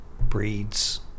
breeds